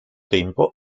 tempo